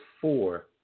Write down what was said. four